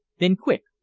then quick!